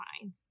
fine